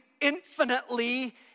infinitely